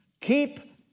Keep